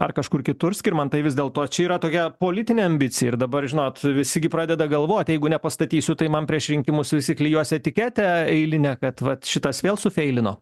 ar kažkur kitur skirmantai vis dėl to čia yra tokia politinė ambicija ir dabar žinot visi gi pradeda galvoti jeigu nepastatysiu tai man prieš rinkimus visi klijuosi etiketę eilinę kad šitas vėl sufeilino